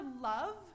love